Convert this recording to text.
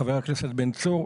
חבר הכנסת בן צור,